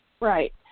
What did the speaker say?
right